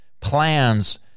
plans